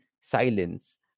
silence